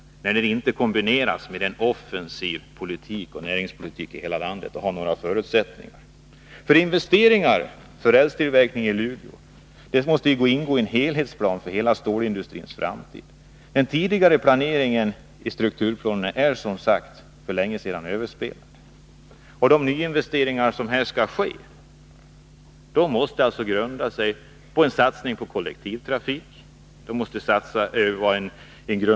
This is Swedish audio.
Man föreslår ju inte att flyttningen skall kombineras med en offensiv näringspolitik i hela landet, och den har inte några förutsättningar. Jag vill lägga fram ett särskilt yrkande vid moment 8 som har delats i kammaren och som lyder: Investeringar för rälstillverkning i Luleå skall ingå i en helhetsplan för stålindustrins framtid. Den tidigare planeringen i strukturplanen är för länge sedan överspelad. Nyinvesteringar i ett rälsverk i Luleå skall ha som förutsättning en kraftig satsning på spårbunden trafik i vårt land. Investeringarna skall även syfta till exportmöjligheter.